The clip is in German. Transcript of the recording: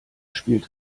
spielt